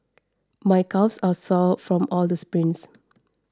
my calves are sore from all the sprints